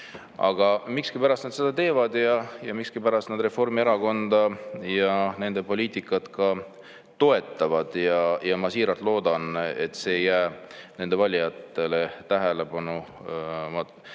Aga miskipärast nad seda teevad ja miskipärast nad Reformierakonda ja nende poliitikat toetavad. Ma siiralt loodan, et see ei jää nende valijatele tähelepanu,